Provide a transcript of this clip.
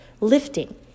lifting